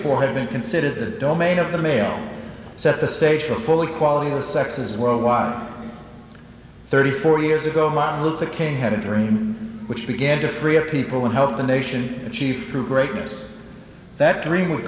for have been considered the domain of the male set the stage for full equality of the sexes worldwide thirty four years ago martin luther king had a dream which began to free our people and help the nation achieve true greatness that dream would